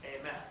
Amen